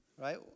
Right